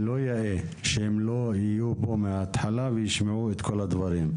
לא יאה שהם לא יהיו פה מהתחלה וישמעו את כל הדברים.